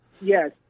Yes